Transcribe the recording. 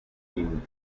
vint